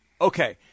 Okay